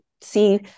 see